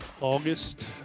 August